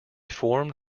formed